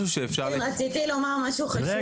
רציתי לומר משהו חשוב,